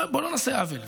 בואו לא נעשה עוול.